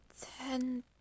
ten